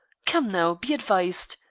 come, now, be advised.